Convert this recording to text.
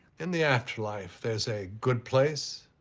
in the afterlife, there's a good place,